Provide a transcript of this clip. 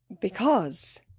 Because